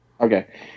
Okay